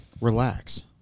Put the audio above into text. Relax